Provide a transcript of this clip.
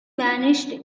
vanished